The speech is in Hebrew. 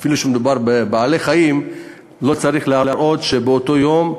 אפילו שמדובר בבעלי-חיים לא צריך להראות שבאותו יום,